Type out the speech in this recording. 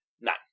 Nine